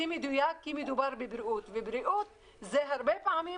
הכי מדויק כי מדובר בבריאות ובריאות זה פעמים רבות